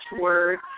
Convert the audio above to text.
word